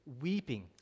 weeping